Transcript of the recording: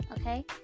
Okay